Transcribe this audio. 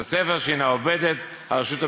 בית-הספר שהנה עובדת הרשות המקומית.